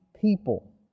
people